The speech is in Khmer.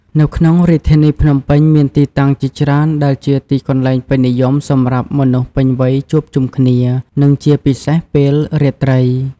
នៅក្នុងរាជធានីភ្នំពេញ មានទីតាំងជាច្រើនដែលជាទីកន្លែងពេញនិយមសម្រាប់មនុស្សពេញវ័យជួបជុំគ្នា និងជាពិសេសពេលរាត្រី។